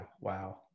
Wow